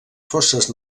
fosses